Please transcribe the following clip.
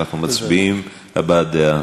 אז לפני שאנחנו מצביעים, הבעת דעה.